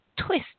twist